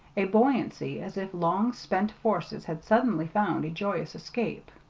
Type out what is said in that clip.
a buoyancy as if long-pent forces had suddenly found a joyous escape.